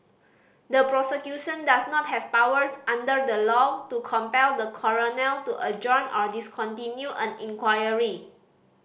the prosecution does not have powers under the law to compel the coroner to adjourn or discontinue an inquiry